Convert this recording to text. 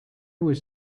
was